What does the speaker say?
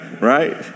Right